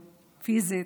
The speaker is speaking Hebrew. פיזית,